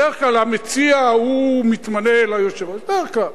בדרך כלל המציע מתמנה ליושב-ראש, בדרך כלל.